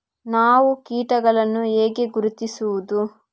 ನಾವು ಕೀಟಗಳನ್ನು ಹೇಗೆ ಗುರುತಿಸುವುದು?